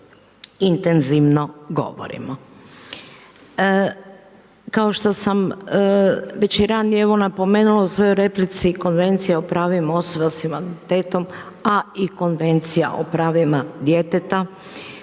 intenzivno govorim. Kao što sam već i ranije napomenula u svojoj replici, Konvencija o pravima osoba s invaliditetom, a i Konvencija o pravima djeteta,